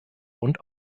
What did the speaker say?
und